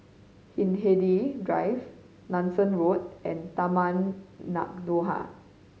Hindhede Drive Nanson Road and Taman Nakhoda